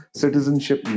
citizenship